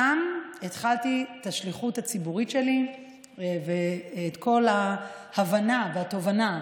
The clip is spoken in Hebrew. שם התחלתי את השליחות הציבורית שלי ואת כל ההבנה והתובנה